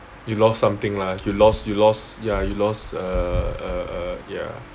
you lost something lah you lost you lost ya you lost err uh ya